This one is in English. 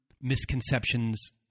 misconceptions